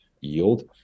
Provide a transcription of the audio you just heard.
yield